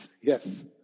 Yes